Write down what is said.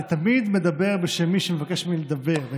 אני תמיד מדבר בשם מי שמבקש ממני לדבר.